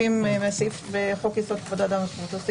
מסעיף פסקת ההגבלה בחוק-יסוד: כבוד אדם וחירותו.